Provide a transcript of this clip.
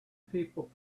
people